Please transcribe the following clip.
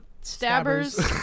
Stabbers